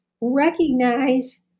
recognize